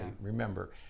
Remember